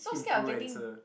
influencer